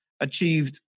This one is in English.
achieved